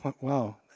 wow